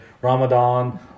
Ramadan